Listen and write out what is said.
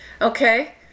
Okay